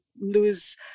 lose